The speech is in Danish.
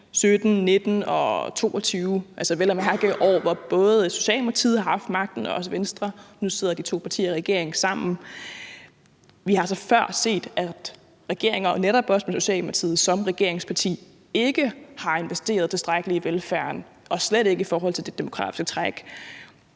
2017, 2019 og 2022, altså vel at mærke år, hvor både Socialdemokratiet har haft magten og også Venstre. Nu sidder de to partier i regering sammen. Vi har så før set, at regeringer, og netop også med Socialdemokratiet som regeringsparti, ikke har investeret tilstrækkeligt i velfærden og slet ikke i forhold til det demografiske træk.